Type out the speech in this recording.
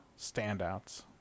standouts